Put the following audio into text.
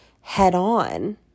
head-on